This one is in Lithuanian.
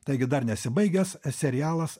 taigi dar nesibaigęs serialas